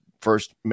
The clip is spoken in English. first